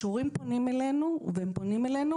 כשהורים פונים אלינו - והם פונים אלינו